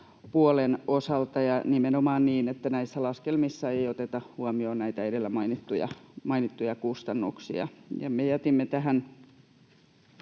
sote-puolen osalta, ja nimenomaan niin, että näissä laskelmissa ei oteta huomioon näitä edellä mainittuja kustannuksia. Me jätimme tähän